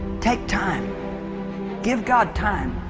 take time give god time